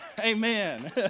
Amen